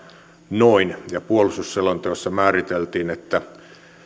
noin yksitoistatuhattaseitsemänsataa ja puolustusselonteossa määriteltiin että